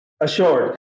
assured